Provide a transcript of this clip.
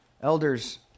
elders